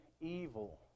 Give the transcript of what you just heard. evil